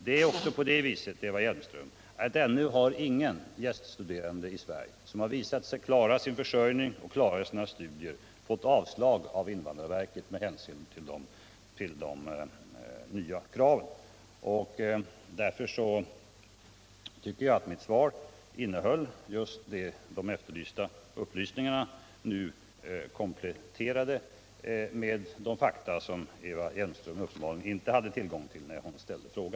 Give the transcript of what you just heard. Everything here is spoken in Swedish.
Det är också så, Eva Hjelmström, att ännu icke någon gäststuderande i Sverige, som har visat sig klara sin försörjning och sina studier, har fått avslag av invandrarverket med hänvisning till de nya kraven. Därför tycker jag att mitt svar innehöll just de efterfrågade upplysningarna, nu kompletterade med de fakta som Eva Hjelmström uppenbarligen inte hade tillgång till när hon ställde sin fråga.